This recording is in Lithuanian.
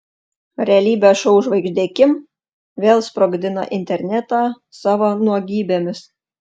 realybės šou žvaigždė kim vėl sprogdina internetą savo nuogybėmis